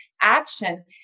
action